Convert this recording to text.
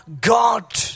God